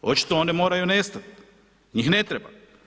Očito oni moraju nestat, njih ne treba.